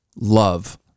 Love